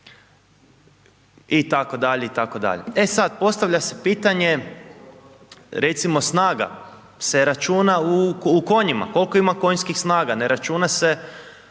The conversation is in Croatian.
žirafa itd., itd. E sad, postavlja se pitanje, recimo snaga se računa u konjima, koliko ima konjskih snaga, ne računa se